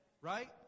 Right